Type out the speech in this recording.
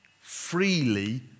Freely